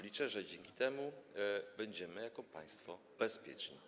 Liczę, że dzięki temu będziemy jako państwo bezpieczni.